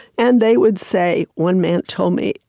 and they would say one man told me,